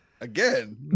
again